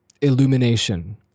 illumination